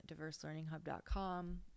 diverselearninghub.com